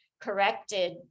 corrected